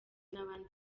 n’abandi